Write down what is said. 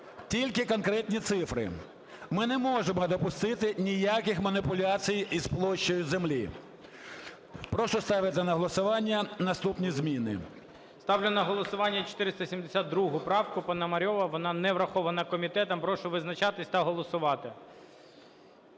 тільки конкретні цифри. Ми не можемо допустити ніяких маніпуляцій із площею землі. Прошу ставити на голосування наступні зміни. ГОЛОВУЮЧИЙ. Ставлю на голосування 472 правку Пономарьова. Вона не врахована комітетом. Прошу визначатись та голосувати.